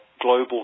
global